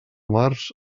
març